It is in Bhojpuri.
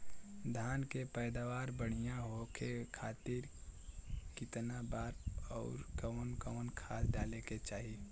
धान के पैदावार बढ़िया होखे खाती कितना बार अउर कवन कवन खाद डाले के चाही?